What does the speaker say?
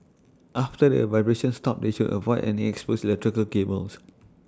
after the vibrations stop they should avoid any exposed electrical cables